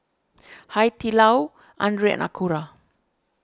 Hai Di Lao andre and Acura